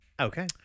Okay